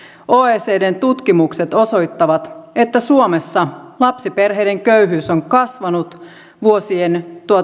oecdn tutkimukset osoittavat että suomessa lapsiperheiden köyhyys on kasvanut vuosien